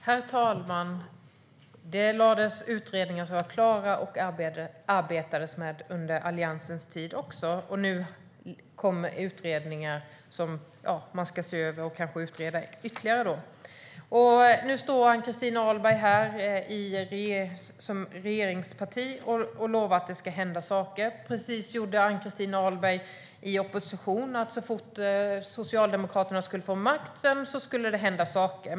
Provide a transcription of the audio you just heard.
Herr talman! Det lades utredningar som var klara och arbetades med även under Alliansens tid. Nu kommer utredningar som man ska se över och kanske utreda ytterligare. Nu står Ann-Christin Ahlberg här som medlem av ett regeringsparti och lovar att det ska hända saker. Precis det gjorde Ann-Christin Ahlberg även i opposition - hon lovade att så fort Socialdemokraterna fick makten skulle det hända saker.